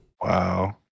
Wow